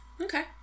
Okay